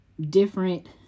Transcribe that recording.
different